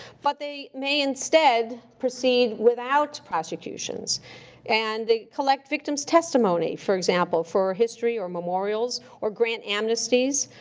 but they may instead proceed without prosecutions and collect victim's testimony, for example, for history or memorials, or grant amnesties.